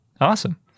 Awesome